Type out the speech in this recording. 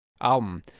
album